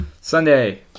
Sunday